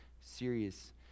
serious